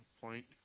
point